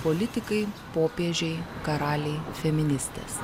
politikai popiežiai karaliai feministės